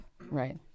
Right